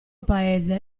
paese